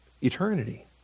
eternity